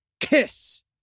Kiss